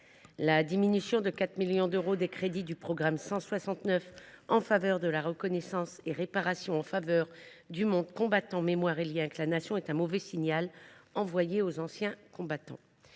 La baisse de 4 millions d’euros des crédits du programme 169 « Reconnaissance et réparation en faveur du monde combattant, mémoire et liens avec la Nation » est un mauvais signal envoyé aux anciens combattants.